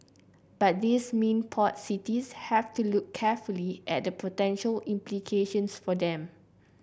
but these mean port cities have to look carefully at the potential implications for them